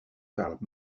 par